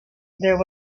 there